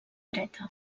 dreta